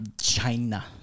China